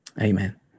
Amen